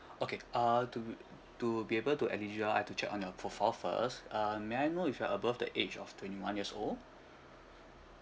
okay uh to to be able to eligible I have to check on your profile first uh may I know if you are above the age of twenty one years old